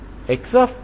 μ0 కనుక ఇది n123